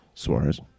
Suarez